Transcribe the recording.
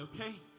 okay